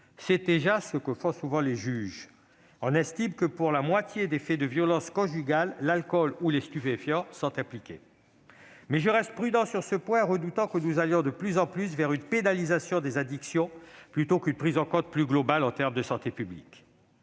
C'est déjà, souvent, ce que font les juges- on estime que, pour la moitié des faits de violences conjugales, l'alcool ou les stupéfiants sont impliqués. Mais je reste prudent sur ce point, redoutant une tendance à privilégier de plus en plus la pénalisation des addictions sur une prise en compte plus globale en termes de santé publique.